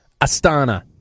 Astana